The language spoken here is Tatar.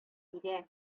бирә